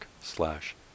slash